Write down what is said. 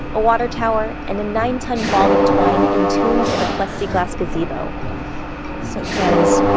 a water tower, and a nine-ton ball of twine entombed in a plexiglass gazebo so it says,